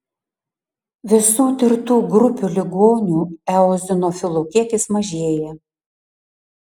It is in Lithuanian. visų tirtų grupių ligonių eozinofilų kiekis mažėja